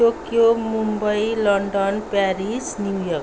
Tokyo Mumbai London Paris New York